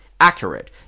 accurate